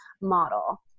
model